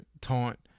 taunt